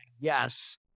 yes